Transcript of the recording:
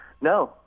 No